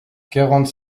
quarante